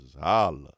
Holla